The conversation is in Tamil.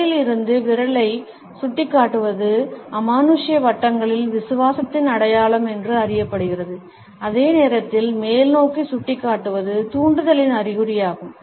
உடலில் இருந்து விரலை சுட்டிக்காட்டுவது அமானுஷ்ய வட்டங்களில் விசுவாசத்தின் அடையாளம் என்று அறியப்படுகிறது அதே நேரத்தில் மேல்நோக்கி சுட்டிக்காட்டுவது தூண்டுதலின் அறிகுறியாகும்